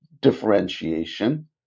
differentiation